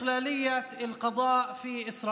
ובעצמאותה של מערכת המשפט בישראל.